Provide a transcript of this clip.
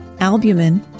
albumin